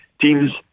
teams